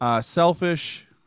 selfish